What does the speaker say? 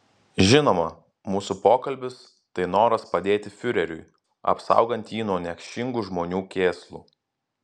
žinoma mūsų pokalbis tai noras padėti fiureriui apsaugant jį nuo niekšingų žmonių kėslų